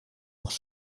leurs